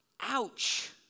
Ouch